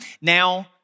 now